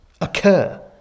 occur